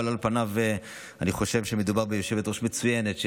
אבל אני חושב שמדובר ביושבת-ראש מצוינת,